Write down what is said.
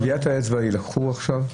אני רוצה להבין, טביעות האצבע יילקחו עכשיו?